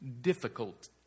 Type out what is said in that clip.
difficult